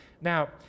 Now